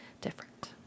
different